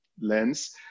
lens